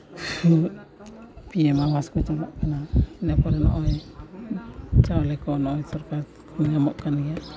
ᱦᱮᱸ P M Awas ᱠᱚ ᱪᱟᱞᱟᱜ ᱠᱟᱱᱟ ᱤᱱᱟᱹ ᱯᱚᱨᱮ ᱱᱚᱜᱼᱚᱭ ᱪᱟᱣᱞᱮ ᱠᱚ ᱧᱟᱢᱚᱜ ᱠᱟᱱ ᱜᱮᱭᱟ